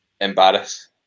embarrass